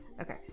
Okay